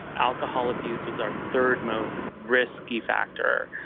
alcohol abuse was our third most risky factor,